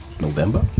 November